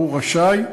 הוא רשאי.